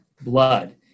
Blood